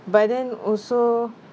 but then also